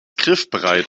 griffbereit